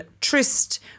tryst